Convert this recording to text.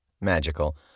Magical